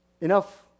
Enough